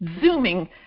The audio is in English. zooming